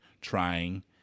trying